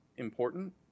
important